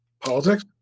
Politics